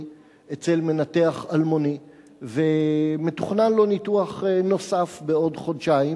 אצל מנתח אלמוני ומתוכנן לו ניתוח נוסף בעוד חודשיים,